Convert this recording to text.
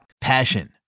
Passion